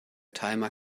timer